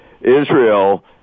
Israel